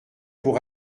pour